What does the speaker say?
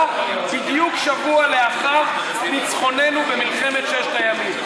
בדיוק שבוע לאחר ניצחוננו במלחמת ששת הימים?